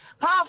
Paul